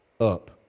up